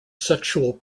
sexual